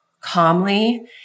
calmly